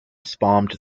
spawned